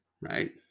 right